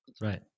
right